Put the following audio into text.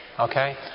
Okay